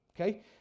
okay